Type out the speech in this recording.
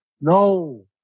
No